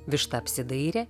višta apsidairė